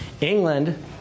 England